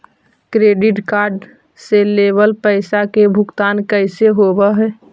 Credit card से लेवल पैसा के भुगतान कैसे होव हइ?